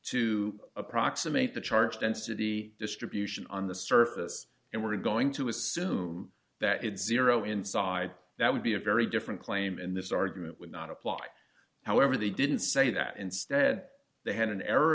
to approximate the charge density distribution on the surface and we're going to assume that it's zero inside that would be a very different claim and this argument would not apply however they didn't say that instead they had an error